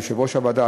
ליושב-ראש הוועדה,